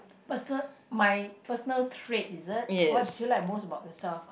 person my personal trait is it what do you like most about yourself ah